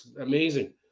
amazing